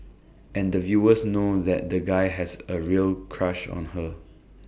and the viewers know that the guy has A real crush on her